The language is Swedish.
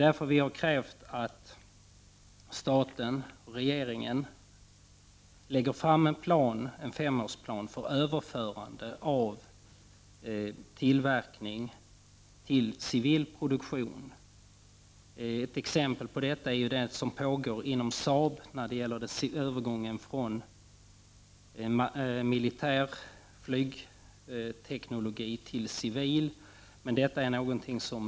Därför har vi krävt att regeringen lägger fram en femårsplan för ett överförande av tillverkningen inom denna industri till civil produktion. Ett exempel på detta är vad som pågår inom Saab i samband med övergången från militär flygteknologi till en civil motsvarighet.